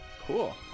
Cool